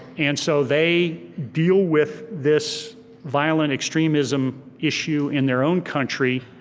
and so they deal with this violent extremism issue in their own country